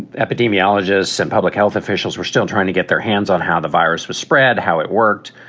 epidemiologists and public health officials were still trying to get their hands on how the virus was spread, how it worked,